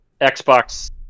Xbox